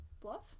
bluff